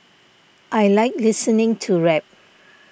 I like listening to rap